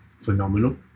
phenomenal